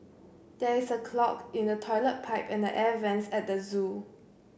there is a clog in the toilet pipe and the air vents at the zoo